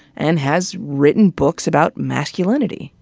and has written books about masculinity.